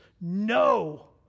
no